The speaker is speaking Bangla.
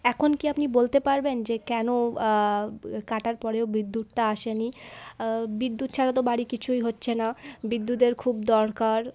এখন কি আপনি বলতে পারবেন যে কেন বা কাটার পরেও বিদ্যুৎটা আসেনি বিদ্যুৎ ছাড়া তো বাড়ি কিছুই হচ্ছে না বিদ্যুতের খুব দরকার